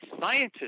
scientists